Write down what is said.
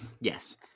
Yes